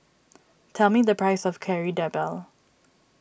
tell me the price of Kari Debal